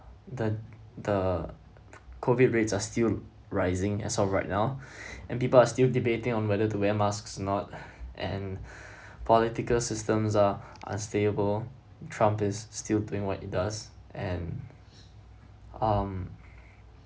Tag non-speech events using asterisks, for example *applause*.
that the COVID rates are still rising as of right now *breath* and people are still debating on whether to wear masks or not and *breath* political systems are unstable trump is still doing what he does and um